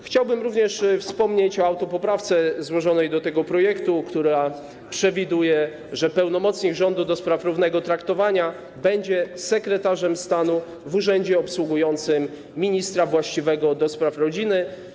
Chciałbym również wspomnieć o autopoprawce złożonej do tego projektu, która przewiduje, że pełnomocnik rządu do spraw równego traktowania będzie sekretarzem stanu w urzędzie obsługującym ministra właściwego do spraw rodziny.